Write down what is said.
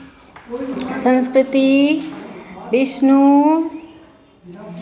संस्कृति विष्णु